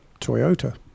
Toyota